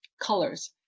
colors